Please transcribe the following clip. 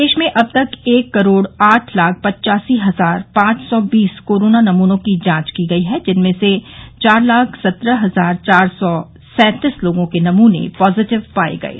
प्रदेश में अब तक एक करोड़ आठ लाख पच्चासी हजार पांच सौ बीस कोरोना नमूनों की जांच की गई है जिनमें से चार लाख सत्रह हजार चार सौ सैंतीस लोगों के नमूने पॉजिटिव पाये गये